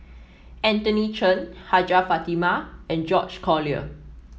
Anthony Chen Hajjah Fatimah and George Collyer